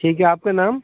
ٹھیک ہے آپ کا نام